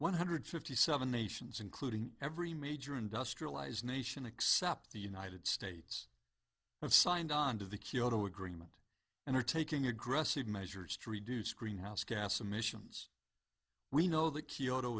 one hundred fifty seven nations including every major industrialized nation except the united states have signed on to the kyoto agreement and are taking aggressive measures to reduce greenhouse gas emissions we know that kyoto